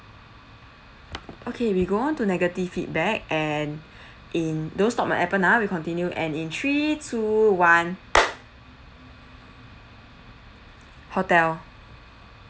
okay we go on to negative feedback and in don't stop on Appen ah we continue and in three two one hotel